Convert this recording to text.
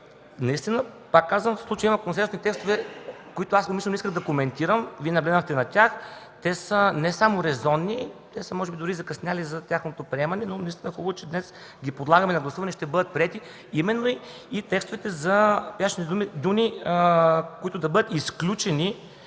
Наистина, пак казвам, в случая има консенсусни текстове, които умишлено исках да коментирам, Вие наблегнахте на тях. Те са не само резонни, а може би дори закъснели за тяхното приемане, но е хубаво, че днес ги подлагаме на гласуване и ще бъдат приети именно текстовете за стоящите дюни, които да бъдат изключени.